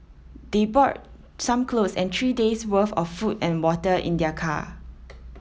they brought some clothes and three days' worth of food and water in their car